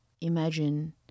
imagine